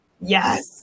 Yes